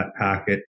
packet